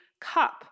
cup